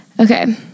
Okay